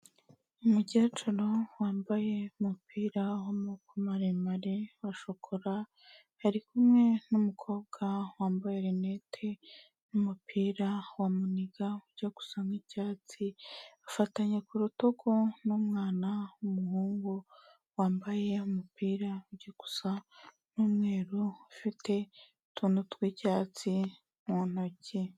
Umukecuru wambaye umupira w'amaboko maremare, wa shokora, ari kumwe n'umukobwa wambaye rinete n'umupira wa muniga ujya gusa nk'icyatsi afatanya ku rutugu n'umwana w'umuhungu wambaye umupira ujya gusa n'umweru, ufite utuntu tw'icyatsi mu ntoki.